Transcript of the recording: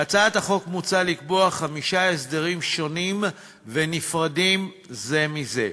בהצעת החוק מוצע לקבוע חמישה הסדרים שונים ונפרדים זה מזה: